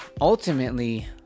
ultimately